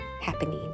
happening